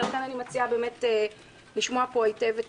ולכן אני מציעה באמת לשמוע פה היטב את